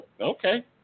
okay